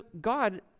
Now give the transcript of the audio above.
God